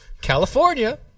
California